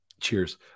cheers